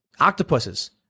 octopuses